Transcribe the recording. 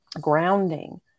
grounding